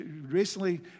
recently